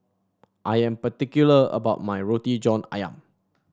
I am particular about my Roti John ayam